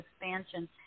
expansion